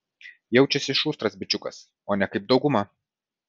jaučiasi šustras bičiukas o ne kaip dauguma